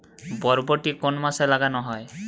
বরবটি কোন মাসে লাগানো হয়?